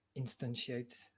instantiate